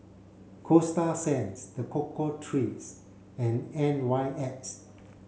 Coasta Sands The Cocoa Trees and N Y X